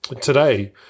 Today